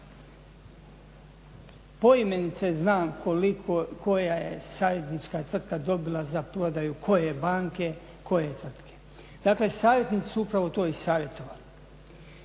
poimence znam koliko koja je savjetnička tvrtka dobila za prodaju koje banke, koje tvrtke. Dakle, savjetnici su upravo i to savjetovali